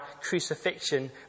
crucifixion